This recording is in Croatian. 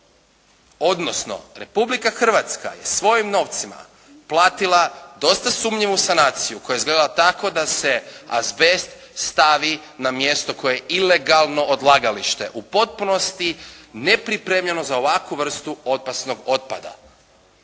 Odnosno Republika Hrvatska je svojim novcima platila dosta sumnjivu sanaciju koja je izgledala tako da se azbest stavi na mjesto koje je ilegalno odlagalište u potpunosti nepripremljeno za ovakvu vrstu opasnog otpada.